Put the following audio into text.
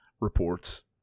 reports